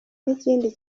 n’ikindi